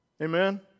Amen